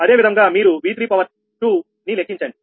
అదేవిధంగా మీరు 𝑉32 ని లెక్కించండి